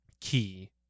key